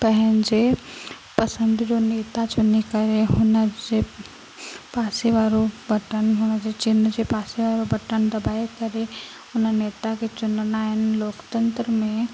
पंहिंजे पसंदि जो नेता चुनी करे हुन जे पासे वारो बटन हुन जे चिन्ह जे पासे वारो बटन दॿाए करे हुन नेता खे चुनंदा आहिनि लोकतंत्र में